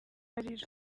arira